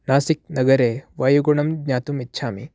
नासिक् नगरे वायुगुणं ज्ञातुम् इच्छामि